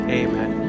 amen